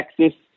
Texas